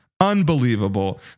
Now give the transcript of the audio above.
unbelievable